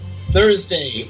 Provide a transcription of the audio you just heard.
Thursday